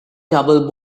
double